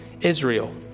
Israel